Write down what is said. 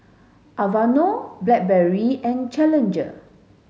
Aveeno Blackberry and Challenger